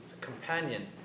companion